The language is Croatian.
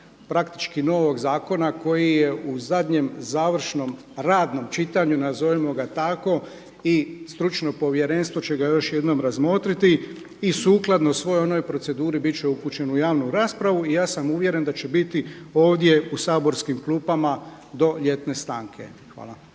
praktički novog zakona koji je u zadnjem završnom radnom čitanju, nazovimo ga tako i stručno povjerenstvo će ga još jednom razmotriti i sukladno svoj onoj proceduri bit će upućen u javnu raspravu i ja sam uvjeren da će biti ovdje u saborskim klupama do ljetne stanke. Hvala.